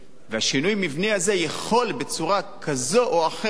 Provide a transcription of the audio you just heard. והשינוי המבני הזה יכול בצורה כזו או אחרת